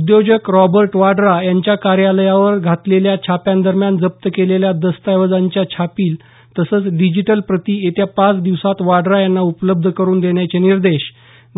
उद्योजक रॉबर्ट वाड्रा यांच्या कार्यालयांवर घातलेल्या छाप्यांदरम्यान जप्त केलेल्या दस्तावेजांच्या छापील तसंच डिजिटल प्रती येत्या पाच दिवसांत वाड्रा यांना उपलब्ध करून देण्याचे निर्देश